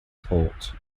port